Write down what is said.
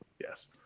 Yes